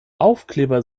aufkleber